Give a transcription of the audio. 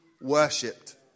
worshipped